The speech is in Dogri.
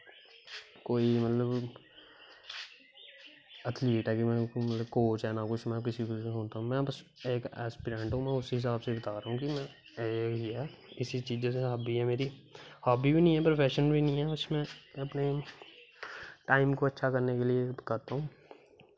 कोई मतलब ऐथलीट ऐं नां कोच ऐं मतलव नां कुसे गी जानदा में बस इक असपिरैंट हां उस्सै स्बाब नै बता नां कि इस्सै चीज़ै च हॉब्बी ऐ मेरी हॉब्बी बी निं ऐ प्रोफैशन बी निं ऐ मे अपने टाईम को अच्छा करने केह् लिए करता हूं